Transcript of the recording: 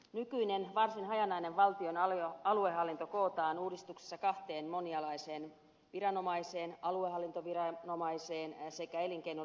nykyinen varsin hajanainen valtion aluehallinto kootaan uudistuksessa kahteen monialaiseen viranomaiseen aluehallintovirastoon sekä elinkeino liikenne ja ympäristökeskukseen